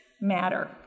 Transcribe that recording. matter